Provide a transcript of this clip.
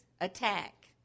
attack